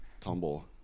tumble